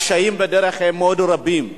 הקשיים בדרך הם רבים מאוד.